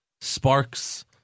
sparks